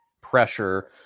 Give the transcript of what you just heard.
pressure